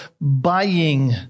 buying